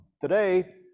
Today